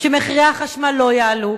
שמחירי החשמל לא יעלו,